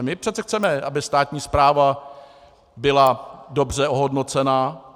My přece chceme, aby státní správa byla dobře ohodnocena.